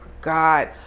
God